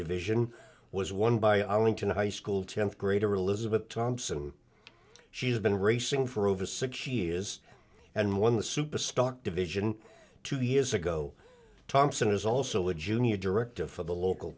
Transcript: division was won by arlington high school tenth grader elizabeth thompson she's been racing for over six years and won the super stock division two years ago thompson is also a junior director for the local